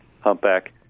humpback